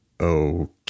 okay